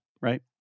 right